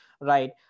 right